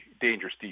dangerous